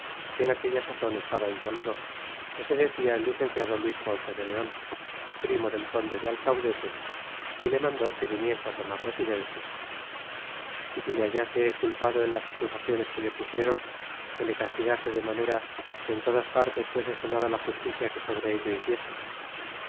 en aquella sazon estaba en toledo que se decia el licenciado luis ponce de león primo del conde de alcaudete y le mandó que le viniese a tomar residencia y zi le hallase culpado en las acusaciones que le pusieron que le castigase demanera que en todas partes fuese sonada la justicia que sobre ello hiciese